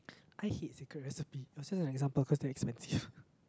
I hate secret recipe it was just an example because they are expensive